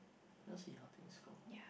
we'll see how things go